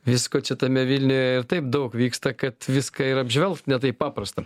visko čia tame vilniuje ir taip daug vyksta kad viską ir apžvelgt ne taip paprasta